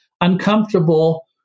uncomfortable